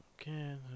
Okay